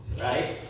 right